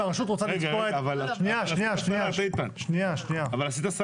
אבל עשית סלט.